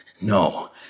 No